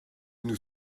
nous